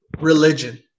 religion